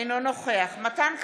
אינו נוכח מתן כהנא,